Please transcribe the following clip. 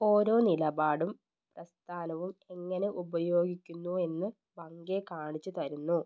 ഓരോ നിലപാടും പ്രസ്ഥാനവും എങ്ങനെ ഉപയോഗിക്കുന്നുവെന്ന് ബങ്കൈ കാണിച്ചു തരുന്നു